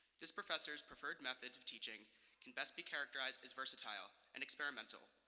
this professor's preferred methods of teaching can best be characterized as versatile and experimental.